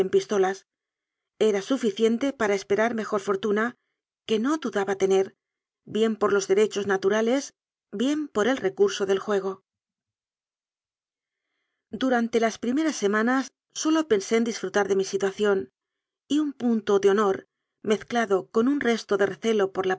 pistolas era suficiente para esperar mejor fortu na que no dudaba tener bien por los derechos na turales bien por el recurso del juego durante las primeras semanas sólo pensé en disfrutar de mi situación y un punto de honor mezclado con un resto de recelo por